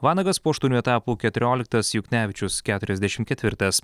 vanagas po aštuonių etapų keturioliktas juknevičius keturiasdešim ketvirtas